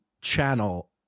channel